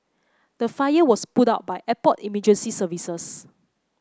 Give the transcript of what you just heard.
the fire was put out by airport emergency services